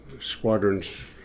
squadrons